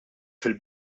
fil